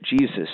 Jesus